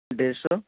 দেড়শো